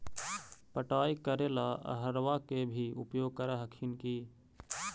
पटाय करे ला अहर्बा के भी उपयोग कर हखिन की?